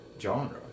genre